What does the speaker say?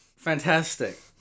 Fantastic